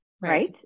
right